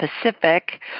Pacific